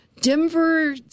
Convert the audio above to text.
Denver